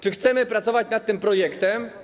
Czy chcemy pracować nad tym projektem.